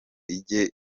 ije